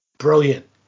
Brilliant